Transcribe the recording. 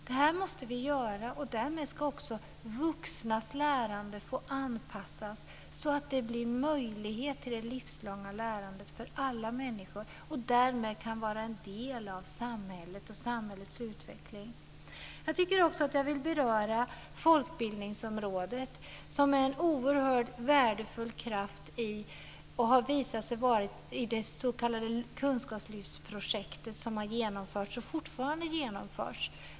Det måste vi göra, och därmed ska vuxnas lärande anpassas så att det blir möjligt med livslångt lärande för alla människor. Därmed kan detta vara en del av samhället och av samhällets utveckling. Jag tycker också att jag vill beröra folkbildningsområdet. Det har visat sig vara en oerhört värdefull kraft i det s.k. kunskapslyftsprojektet som har genomförts och fortfarande genomförs.